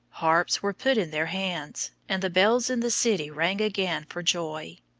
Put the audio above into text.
harps were put in their hands, and the bells in the city rang again for joy.